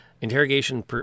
Interrogation